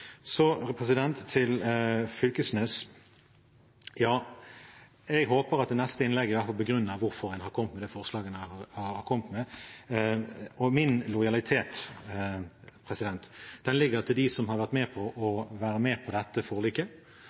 til representanten Fylkesnes: Jeg håper han i neste innlegg begrunner hvorfor han har kommet med det forslaget han har kommet med. Min lojalitet ligger hos dem som har vært med på dette forliket.